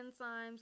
enzymes